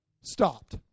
stopped